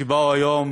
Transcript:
שבאו היום